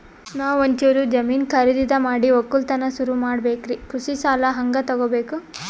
ನಾ ಒಂಚೂರು ಜಮೀನ ಖರೀದಿದ ಮಾಡಿ ಒಕ್ಕಲತನ ಸುರು ಮಾಡ ಬೇಕ್ರಿ, ಕೃಷಿ ಸಾಲ ಹಂಗ ತೊಗೊಬೇಕು?